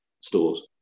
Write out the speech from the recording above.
stores